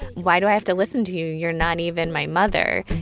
why do i have to listen to you? you're not even my mother.